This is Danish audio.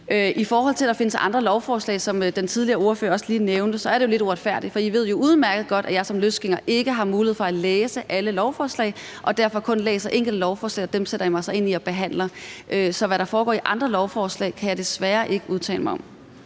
I forhold til at der findes andre lovforslag, som den tidligere ordfører også nævnte, så er det jo lidt uretfærdigt. For I ved jo udmærket godt, at jeg som løsgænger ikke har mulighed for at læse alle lovforslag og derfor kun læser enkelte lovforslag, og dem sætter jeg mig så ind i og behandler, så hvad der foregår i andre lovforslag, kan jeg desværre ikke udtale mig om.